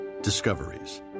Discoveries